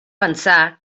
pensar